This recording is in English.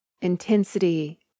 intensity